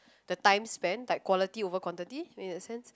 the time spent like quality over quantity in a sense